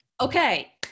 Okay